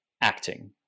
acting